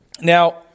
Now